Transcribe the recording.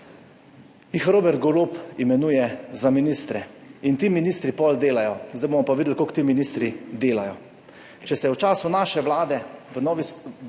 jih Robert Golob imenuje za ministre in ti ministri potem delajo. Zdaj bomo pa videli, koliko ti ministri delajo. Če se je v času naše vlade, v